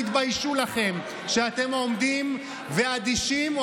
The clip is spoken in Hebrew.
תתביישו לכם שאתם עומדים אדישים או